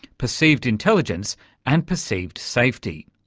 perceived intelligence and perceived safety.